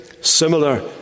similar